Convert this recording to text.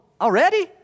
already